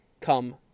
come